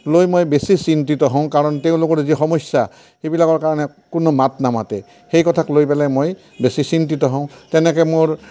লৈ মই বেছি চিন্তিত হওঁ কাৰণ তেওঁলোকৰ যি সমস্যা সেইবিলাকৰ কাৰণে কোনো মাত নামাতে সেই কথাক লৈ পেলাই মই বেছি চিন্তিত হওঁ তেনেকৈ মোৰ